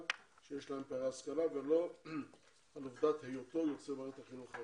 שיש להם פערי השכלה ולא בגלל עובדת היותו יוצא מערכת החינוך החרדי.